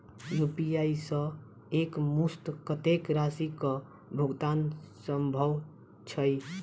UPI सऽ एक मुस्त कत्तेक राशि कऽ भुगतान सम्भव छई?